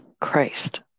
Christ